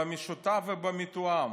"במשותף ובמתואם".